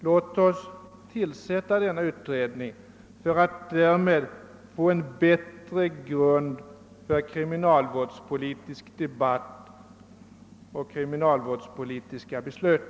Låt oss tillsätta denna utredning för att därmed få en bättre grund för kriminalvårdspolitisk debatt och kriminalvårdspolitiska beslut!